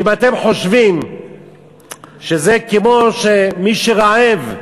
אם אתם חושבים שזה כמו שמי שרעב,